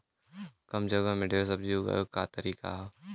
कम जगह में ढेर सब्जी उगावे क का तरीका ह?